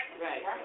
Right